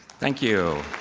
thank you.